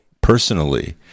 personally